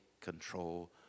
control